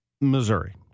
Missouri